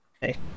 Hey